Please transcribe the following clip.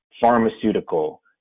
pharmaceutical